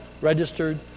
registered